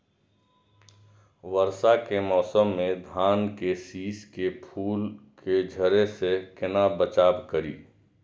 वर्षा के मौसम में धान के शिश के फुल के झड़े से केना बचाव करी?